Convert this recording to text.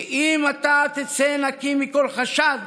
ואם אתה תצא נקי מכל חשד,